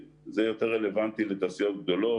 שהם יותר רלוונטיים לתעשיות גדולות,